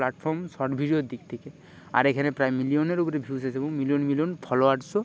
যেখানে ফুটবল খেলা হয় সেখানে আমি দৌড়তে চলে যাই কারণ সেখানে কোনও ভয় থাকে না